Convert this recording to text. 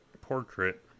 portrait